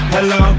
Hello